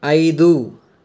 ఐదు